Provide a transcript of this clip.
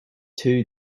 two